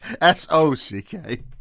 S-O-C-K